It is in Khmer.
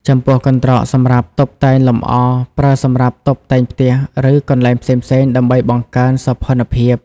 ចំពោះកន្ត្រកសម្រាប់តុបតែងលម្អប្រើសម្រាប់តុបតែងផ្ទះ ឬកន្លែងផ្សេងៗដើម្បីបង្កើនសោភ័ណភាព។